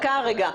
-------- סליחה,